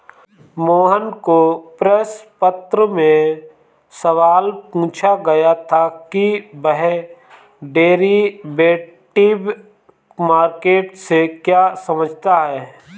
मोहन को प्रश्न पत्र में सवाल पूछा गया था कि वह डेरिवेटिव मार्केट से क्या समझता है?